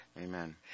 Amen